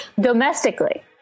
Domestically